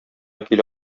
килә